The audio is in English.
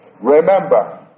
Remember